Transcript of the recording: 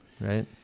Right